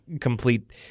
complete